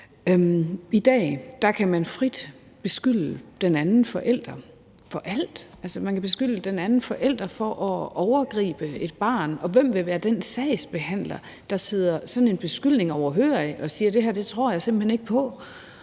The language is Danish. I dag kan man frit beskylde den anden forælder for alt. Man kan beskylde den anden forælder for at begå overgreb på et barn, og hvem vil være den sagsbehandler, der sidder sådan en beskyldning overhørig og siger: Det her tror jeg simpelt